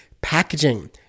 packaging